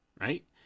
right